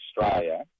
Australia